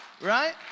right